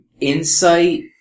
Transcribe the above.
Insight